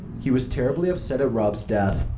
he was terribly upset at rob's death,